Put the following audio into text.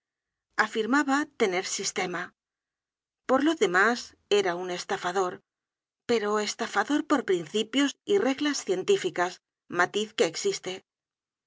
afirmaba tener sistema por lo demás era un estafador pero estafador por principios y reglas científicas matiz que existe